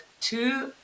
two